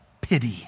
pity